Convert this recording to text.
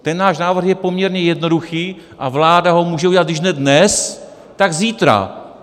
Ten náš návrh je poměrně jednoduchý a vláda ho může udělat když ne dnes, tak zítra.